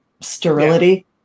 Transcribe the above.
sterility